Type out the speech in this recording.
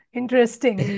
interesting